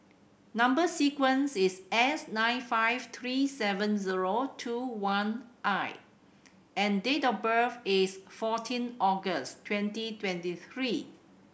number sequence is S nine five three seven zero two one I and date of birth is fourteen August twenty twenty three